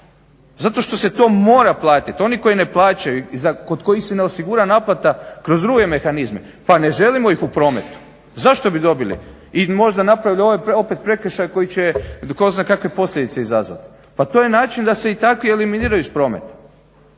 Zato što se to mora platiti. Oni koji ne plaćaju i kod kojih se ne osigura naplata kroz druge mehanizme pa ne želimo ih u prometu. Zašto bi dobili i možda napravili opet prekršaj koji će tko zna kakve posljedice izazvati. Pa to je način da se i takvi eliminiraju iz prometa.